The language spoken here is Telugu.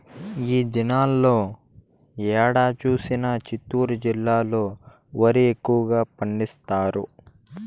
ఈ దినాల్లో ఏడ చూసినా చిత్తూరు జిల్లాలో వరి ఎక్కువగా పండిస్తారు